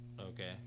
okay